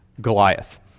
Goliath